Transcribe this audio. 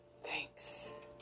thanks